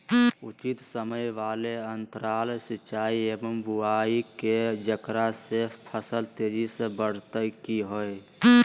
उचित समय वाले अंतराल सिंचाई एवं बुआई के जेकरा से फसल तेजी से बढ़तै कि हेय?